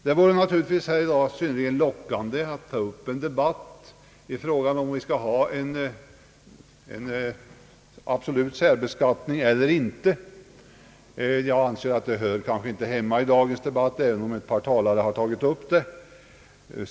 Det vore naturligtvis synnerligen lockande att här i dag ta upp en debatt om frågan huruvida vi skall ha en obligatorisk särbeskattning eller inte. Jag anser dock att detta inte hör hemma i dagens debatt, även om ett par talare har tagit upp det.